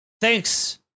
Thanks